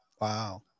Wow